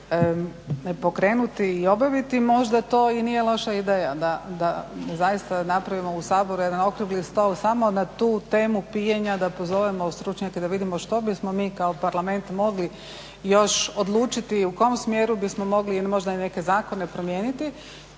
pokrenuti i obaviti. Možda to i nije loša ideja da zaista napravimo u Saboru jedan okrugli stol samo na tu tema pijenja, da pozovemo stručnjake, da vidimo što bismo mi kao parlament mogli još odlučiti, u kom smjeru bismo mogli i možda i neke zakone promijeniti.